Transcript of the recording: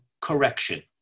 correction